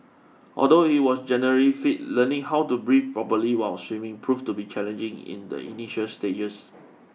although he was generally fit learning how to breathe properly while swimming proved to be challenging in the initial stages